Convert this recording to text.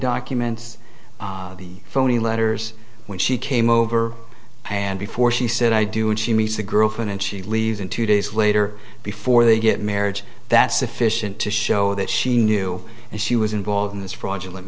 documents the phony letters when she came over and before she said i do when she meets a girlfriend and she leaves in two days later before they get marriage that's sufficient to show that she knew and she was involved in this fraudulent